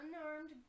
unarmed